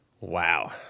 Wow